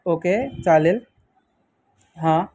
okay चालेल हां